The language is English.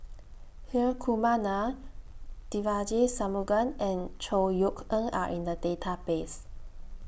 Hri Kumar Nair Devagi Sanmugam and Chor Yeok Eng Are in The Database